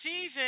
season